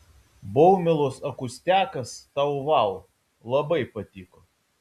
baumilos akustiakas tau vau labai patiko